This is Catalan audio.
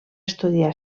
estudiar